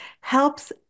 helps